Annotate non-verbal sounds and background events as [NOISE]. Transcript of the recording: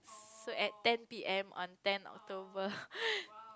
so at ten P_M on ten October [LAUGHS]